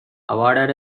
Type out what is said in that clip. awarded